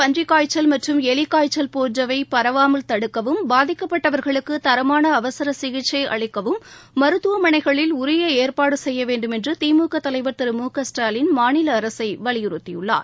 பன்றிக் காய்ச்சல் மற்றும் எலிக்காய்ச்சல் போன்றவை பரவாமல் தடுக்கவும் பாதிக்கப்பட்டவர்களுக்கு தரமான அவசர சிகிச்சை அளிக்கவும் மருத்துவமனைகளில் உரிய ஏற்பாடு செய்ய வேண்டுமென்று திமுக தலைவா் திரு மு க ஸ்டாலின் மாநில அரசை வலிறுத்தியுள்ளார்